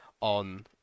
on